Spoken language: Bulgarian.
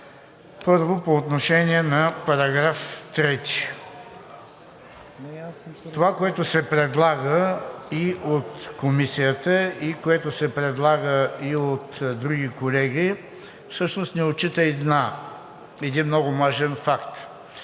Първо, по отношение на § 3. Това, което се предлага и от Комисията, което се предлага и от други колеги, всъщност не отчита един много важен факт.